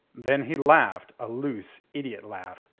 then he laughed, a loose, idiot laugh,